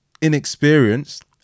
inexperienced